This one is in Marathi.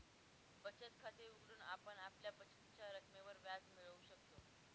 बचत खाते उघडून आपण आपल्या बचतीच्या रकमेवर व्याज मिळवू शकतो